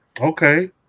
Okay